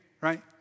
right